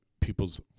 people's